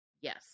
Yes